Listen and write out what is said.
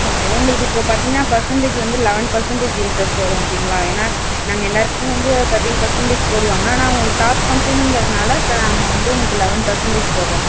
okay உங்களுக்கு இப்போது பார்த்திங்னா பர்சன்டேஜ் வந்து லெவன் பர்சன்டேஜ் இன்ட்ரஸ்ட் வரும் ஓகேங்களா ஏன்னால் நாங்கள் எல்லாருக்குமே வந்து தேர்ட்டின் பர்சன்டேஜ் போடுவாங்க ஆனால் உங்களுக்கு டாப் கம்பெனிங்கிறதுனாலே இப்போ நாங்கள் வந்து உங்களுக்கு லெவன் பர்சன்டேஜ் போடுகிறோம்